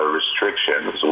restrictions